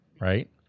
right